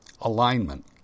Alignment